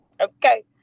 Okay